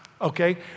Okay